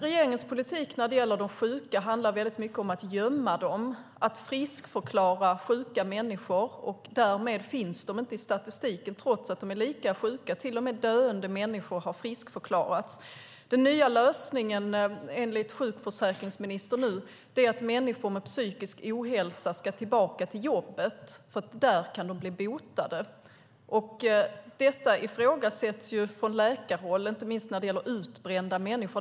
Regeringens politik för de sjuka handlar mycket om att gömma dem, att friskförklara sjuka människor, och därmed finns de inte i statistiken, trots att de är lika sjuka. Till och med döende människor har friskförklarats. Den nya lösningen enligt sjukförsäkringsministern är att människor med psykisk ohälsa ska tillbaka till jobbet eftersom de kan där bli botade. Detta ifrågasätts från läkarhåll, inte minst när det gäller utbrända människor.